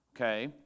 Okay